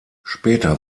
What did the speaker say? später